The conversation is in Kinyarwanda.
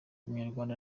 umunyarwanda